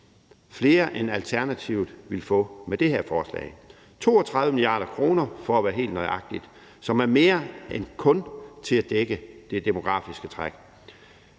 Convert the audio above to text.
flere, end Alternativet ville få med det her forslag. Det er 32 mia. kr., for at være helt nøjagtig, og det er mere end til kun at dække det demografiske træk.